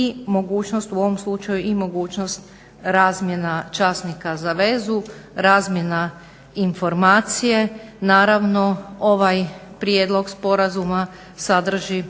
i mogućnost u ovom slučaju i mogućnost razmjena časnika za vezu, razmjena informacije, naravno ovaj prijedlog sporazuma sadrži